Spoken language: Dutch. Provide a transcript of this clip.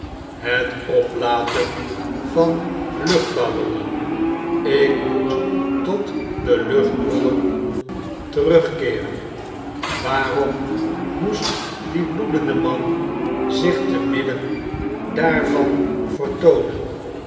het oplaten van luchtballonnen ik moet tot de luchtbollen terugkeeren waarom moest die bloedende man zich te midden daarvan